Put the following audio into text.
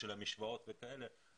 המשוואות וכאלה,